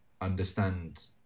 understand